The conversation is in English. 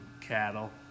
cattle